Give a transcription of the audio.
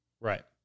Right